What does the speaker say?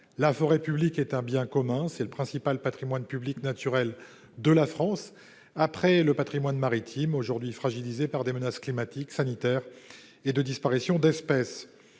futures. C'est un bien commun. C'est le principal patrimoine public naturel de la France, après le patrimoine maritime, et il est aujourd'hui fragilisé par des menaces climatiques et sanitaires et par la disparition d'espèces.